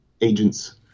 agents